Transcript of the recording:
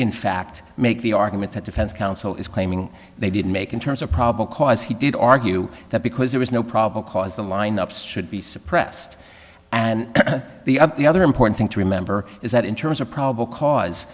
in fact make the argument that defense counsel is claiming they didn't make in terms of probable cause he did argue that because there was no probable cause the lineups should be suppressed and the of the other important thing to remember is that in terms of probable cause